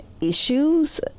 issues